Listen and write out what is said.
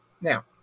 Now